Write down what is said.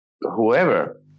whoever